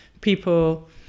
people